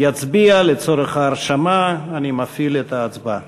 יצביע לצורך ההרשמה, אני מפעיל את ההצבעה.